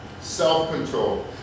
Self-control